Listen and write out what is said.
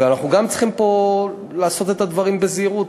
ואנחנו פה גם צריכים לעשות את הדברים בזהירות,